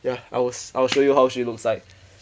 ya I was I will show you how she looks like